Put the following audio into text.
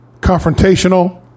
confrontational